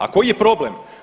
A koji je problem?